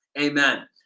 amen